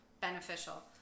beneficial